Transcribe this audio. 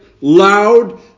loud